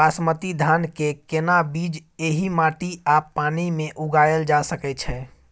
बासमती धान के केना बीज एहि माटी आ पानी मे उगायल जा सकै छै?